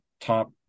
top